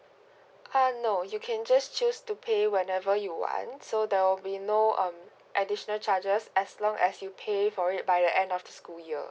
uh no you can just choose to pay whatever you want so there'll be no um additional charges as long as you pay for it by the end of the school year